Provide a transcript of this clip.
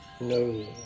No